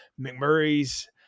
McMurray's